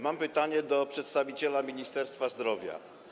Mam pytanie do przedstawiciela Ministerstwa Zdrowia.